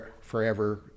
forever